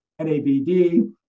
NABD